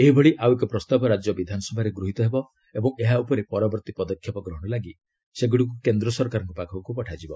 ଏହିଭଳି ଆଉ ଏକ ପ୍ରସ୍ତାବ ରାଜ୍ୟ ବିଧାନସଭାରେ ଗୃହିତ ହେବ ଓ ଏହା ଉପରେ ପରବର୍ତ୍ତୀ ପଦକ୍ଷେପ ଗ୍ରହଣ ଲାଗି ସେଗୁଡ଼ିକୁ କେନ୍ଦ୍ର ସରକାରଙ୍କ ପାଖକୁ ପଠାଯିବ